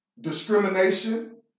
discrimination